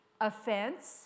offense